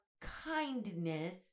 kindness